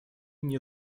nie